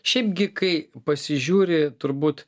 šiaip gi kai pasižiūri turbūt